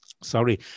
sorry